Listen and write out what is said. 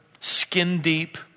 skin-deep